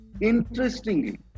interestingly